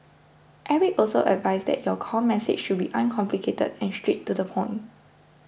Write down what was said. Eric also advised that your core message should be uncomplicated and straight to the point